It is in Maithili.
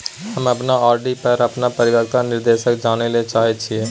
हम अपन आर.डी पर अपन परिपक्वता निर्देश जानय ले चाहय छियै